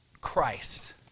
Christ